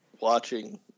watching